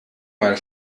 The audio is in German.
mal